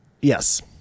Yes